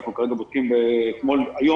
אתמול --- ולכן,